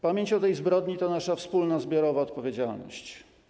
Pamięć o tej zbrodni to nasza wspólna, zbiorowa odpowiedzialność.